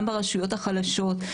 גם ברשויות החלשות,